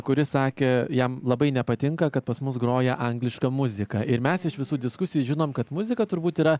kuris sakė jam labai nepatinka kad pas mus groja angliška muzika ir mes iš visų diskusijų žinom kad muzika turbūt yra